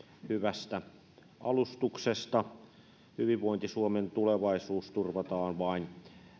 hyvästä alustuksesta hyvinvointi suomen tulevaisuus turvataan vain